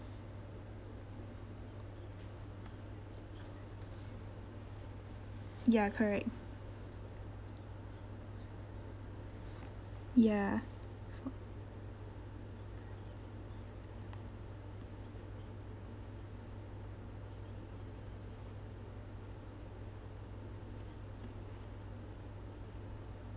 ya correct ya